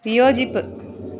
വിയോജിപ്പ്